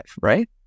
right